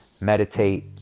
Meditate